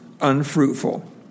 unfruitful